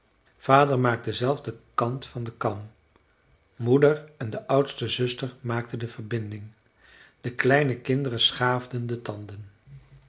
vader maakte zelf den kant van de kam moeder en de oudste zuster maakten de verbinding de kleine kinderen schaafden de tanden